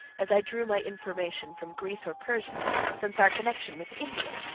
as i drew my information from greece or persia since our connection with india,